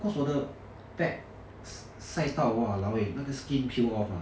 cause 我的 back 晒到 !wah! !walao! eh 那个 skin peel off ah